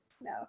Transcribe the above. No